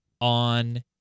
on